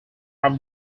have